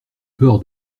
peur